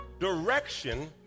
Direction